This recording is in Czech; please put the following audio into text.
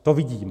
To vidím.